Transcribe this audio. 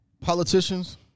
Politicians